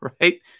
right